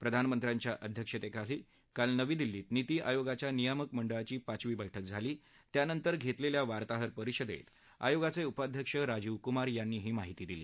प्रधानमंत्र्यांच्या अध्यक्षतेखाली काल नवी दिल्लीत नीती आयोगाच्या नियामक मंडळाची पाचवी बैठक झाली त्यानंतर घेतलेल्या वार्ताहरपरिषदेत आयोगाचे उपाध्यक्ष राजीव कुमार यांनी ही माहिती दिली